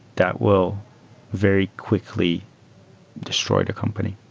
that will very quickly destroy the company.